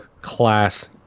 class